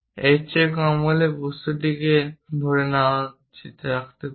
এর চেয়ে কম হলে এটি বস্তুটিকে ধরে নাও রাখতে পারে